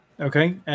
Okay